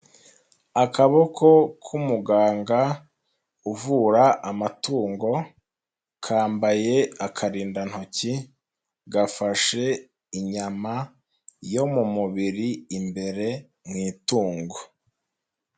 Akaboko k'umuganga uvura amatungo, kambaye akarindantoki, gafashe inyama yo mu mubiri imbere mu itungo.